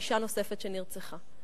על אשה נוספת שנרצחה.